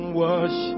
wash